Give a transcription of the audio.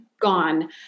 gone